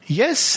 yes